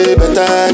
better